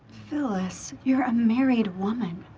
phyllis, you're a married woman.